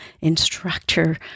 instructor